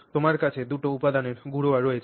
তোমার কাছে দুটো উপাদানের গুঁড়া রয়েছে